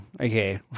okay